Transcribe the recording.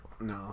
no